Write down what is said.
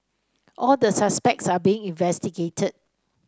all the suspects are being investigated